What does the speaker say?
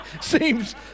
Seems